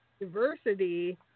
diversity